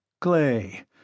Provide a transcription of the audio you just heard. Clay